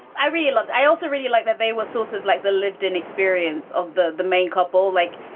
i really loved. i also really liked that they were sources like the lived and experience of the the main couple like.